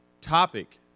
topic